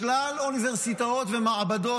בשלל אוניברסיטאות ו"מעבדות",